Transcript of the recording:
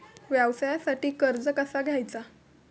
व्यवसायासाठी कर्ज कसा घ्यायचा?